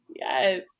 Yes